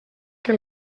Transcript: que